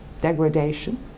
degradation